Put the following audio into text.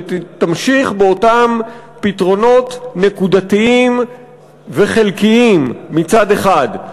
ותמשיך באותם פתרונות נקודתיים וחלקיים מצד אחד,